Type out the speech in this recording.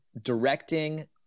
directing